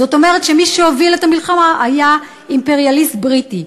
זאת אומרת שמי שהוביל את המלחמה היה אימפריאליסט בריטי.